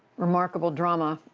remarkable drama,